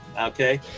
Okay